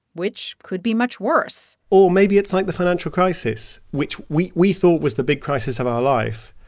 which could be much worse or maybe it's like the financial crisis, which we we thought was the big crisis of our life.